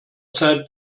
zeit